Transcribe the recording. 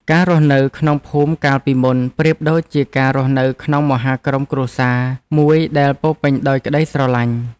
ការរស់នៅក្នុងភូមិកាលពីមុន ប្រៀបដូចជាការរស់នៅក្នុងមហាក្រុមគ្រួសារមួយដែលពោរពេញដោយក្តីស្រឡាញ់។